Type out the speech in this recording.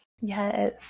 Yes